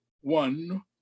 one